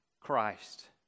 Christ